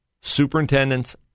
superintendents